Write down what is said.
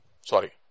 Sorry